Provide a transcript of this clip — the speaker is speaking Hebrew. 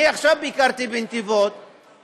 אני עכשיו ביקרתי בנתיבות,